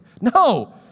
No